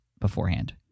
beforehand